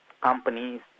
companies